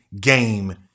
game